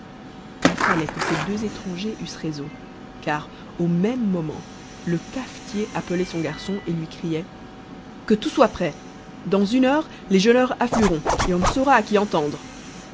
il fallait que ces deux étrangers eussent raison car au même moment le cafetier appelait son garçon et lui criait que tout soit prêt dans une heure les jeûneurs afflueront et on ne saura à qui entendre